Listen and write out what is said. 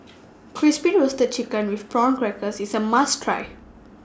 Crispy Roasted Chicken with Prawn Crackers IS A must Try